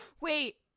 Wait